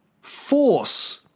force